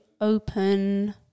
open